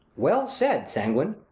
well said, sanguine!